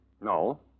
No